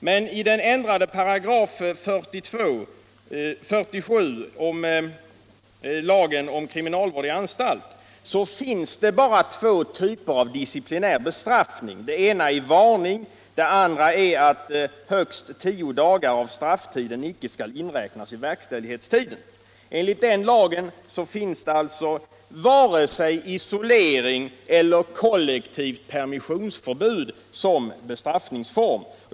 Men i den ändrade 47 § lagen om kriminalvård i anstalt finns det bara två typer av disciplinär bestraffning. Den ena är varning, den andra är att högst tio dagar av strafftiden icke skall inräknas i verkställighetstiden. Enligt den lagen finns alltså inte vare sig isolering eller kollektivt permissionsförbud som bestraffningsform.